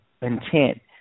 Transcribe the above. intent